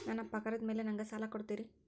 ನನ್ನ ಪಗಾರದ್ ಮೇಲೆ ನಂಗ ಸಾಲ ಕೊಡ್ತೇರಿ?